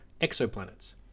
exoplanets